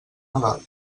nadal